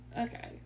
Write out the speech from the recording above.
Okay